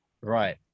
Right